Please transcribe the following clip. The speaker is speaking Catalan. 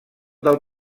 del